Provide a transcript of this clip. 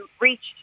reached